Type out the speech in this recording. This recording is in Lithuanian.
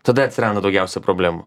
tada atsiranda daugiausia problemų